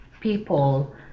people